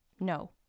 No